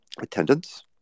attendance